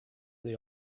they